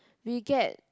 we get